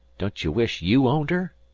don't you wish you owned her?